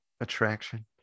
attraction